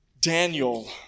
Daniel